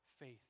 faith